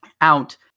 out